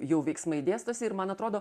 jau veiksmai dėstosi ir man atrodo